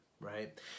right